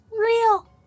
Real